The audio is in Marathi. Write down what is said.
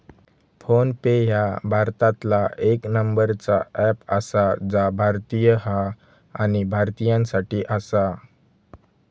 फोन पे ह्या भारतातला येक नंबरचा अँप आसा जा भारतीय हा आणि भारतीयांसाठी आसा